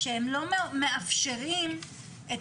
ולא מאפשרים להם